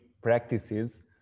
practices